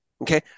Okay